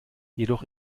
jedoch